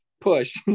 push